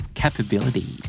capability